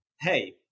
hey